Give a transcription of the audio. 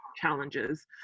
challenges